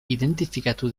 identifikatu